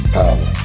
power